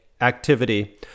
activity